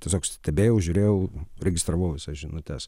tiesiog stebėjau žiūrėjau registravau visas žinutes